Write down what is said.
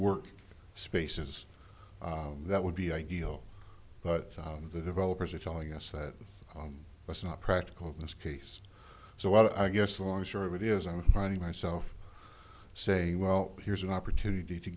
work spaces that would be ideal but the developers are telling us that that's not practical in this case so i guess the long short of it is i'm finding myself saying well here's an opportunity to